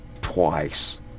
twice